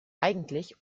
eigentlich